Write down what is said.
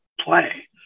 play